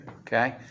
okay